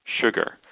sugar